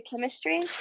chemistry